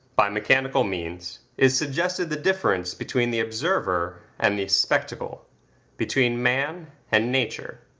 by mechanical means, is suggested the difference between the observer and the spectacle between man and nature.